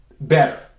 better